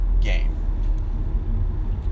game